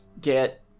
get